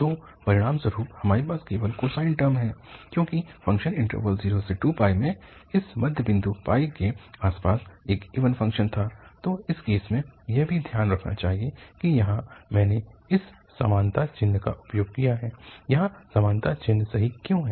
तो परिणामस्वरूप हमारे पास केवल कोसाइन टर्म हैं क्योंकि फ़ंक्शन इन्टरवल 0 से 2 में इस मध्य बिंदु के आसपास एक इवन फ़ंक्शन था तो इस केस में यह भी ध्यान रखना चाहिए कि यहाँ मैंने इस समानता चिन्ह का उपयोग किया है यहाँ समानता चिन्ह सही क्यों है